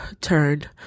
turned